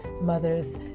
mothers